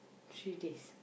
three days